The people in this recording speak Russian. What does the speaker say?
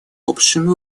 общему